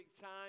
time